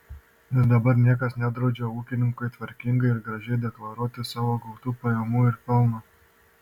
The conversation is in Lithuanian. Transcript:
ir dabar niekas nedraudžia ūkininkui tvarkingai ir gražiai deklaruoti savo gautų pajamų ir pelno